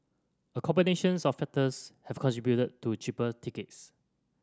a combinations of factors have contributed to cheaper tickets